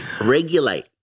regulate